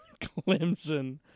Clemson